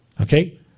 Okay